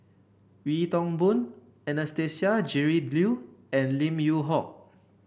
Wee Toon Boon Anastasia Tjendri Liew and Lim Yew Hock